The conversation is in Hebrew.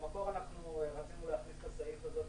במקור רצינו להחליף את הסעיף הזה.